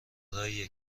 راهیه